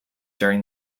during